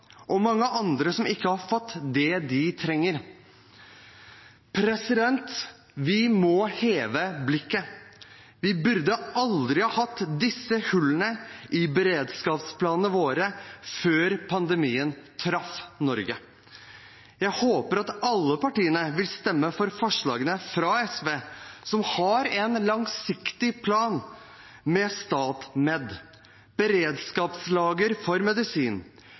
mange andre som ikke har fått det de trenger Vi må heve blikket. Vi burde aldri ha hatt disse hullene i beredskapsplanene våre før pandemien traff Norge. Jeg håper at alle partiene vil stemme for forslagene fra SV, som har en langsiktig plan med StatMed, beredskapslager for medisin,